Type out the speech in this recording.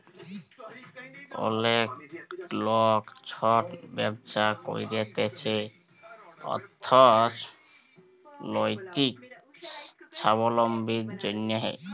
অলেক লক ছট ব্যবছা ক্যইরছে অথ্থলৈতিক ছাবলম্বীর জ্যনহে